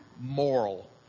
moral